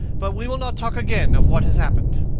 but we will not talk again of what has happened.